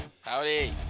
Howdy